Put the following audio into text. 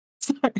Sorry